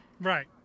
Right